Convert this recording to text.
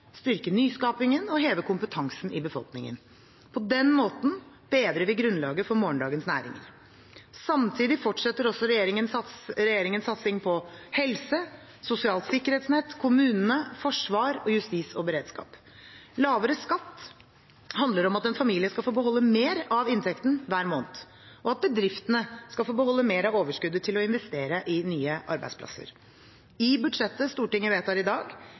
styrke nyskapingen og heve kompetansen i befolkningen. På den måten bedrer vi grunnlaget for morgendagens næringer. Samtidig fortsetter også regjeringens satsing på helse, sosialt sikkerhetsnett, kommunene, forsvar og justis og beredskap. Lavere skatt handler om at en familie skal få beholde mer av inntekten hver måned, og at bedriftene skal få beholde mer av overskuddet til å investere i nye arbeidsplasser. I budsjettet Stortinget vedtar i dag,